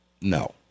No